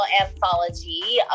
anthology